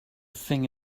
thing